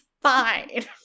fine